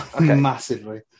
Massively